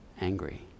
angry